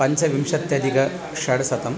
पञ्चविंशत्यधिकं षट्शतम्